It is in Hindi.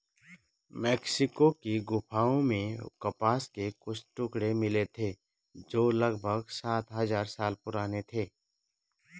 मेक्सिको की गुफाओं में कपास के कुछ टुकड़े मिले थे जो लगभग सात हजार साल पुराने थे